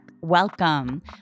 welcome